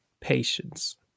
patience